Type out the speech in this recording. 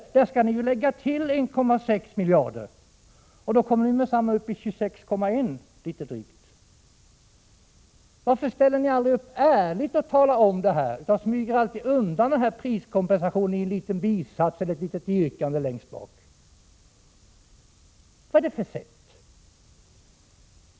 Till det skall läggas ytterligare 1,6 miljarder. Då kommer ni med detsamma upp i litet drygt 26,1 miljarder. Varför ställer ni er aldrig upp och talar om det ärligt utan smyger undan priskompensationen i en liten bisats eller i ett yrkande längst bak i betänkandet? Vad är det för sätt?